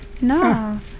No